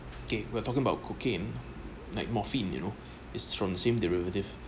okay we're talking about cocaine like morphine you know is from the same derivative